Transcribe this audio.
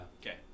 Okay